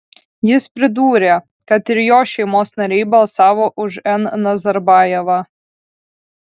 jis pridūrė kad ir jo šeimos nariai balsavo už n nazarbajevą